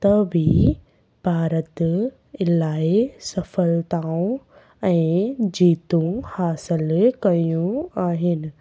त बि भारत इलाही सफलताऊं ऐं जीतूं हासिलु कयूं आहिनि